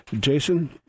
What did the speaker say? Jason